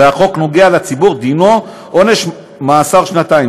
אם החוק נוגע בציבור, דינו עונש מאסר שנתיים.